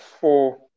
four